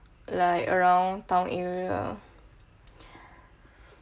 like around town area